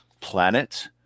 planet